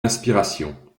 inspiration